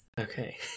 Okay